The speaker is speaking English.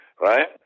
right